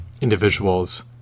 individuals